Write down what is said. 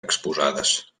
exposades